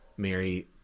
mary